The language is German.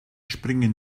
springen